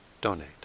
donate